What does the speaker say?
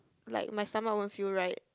like my stomach won't feel right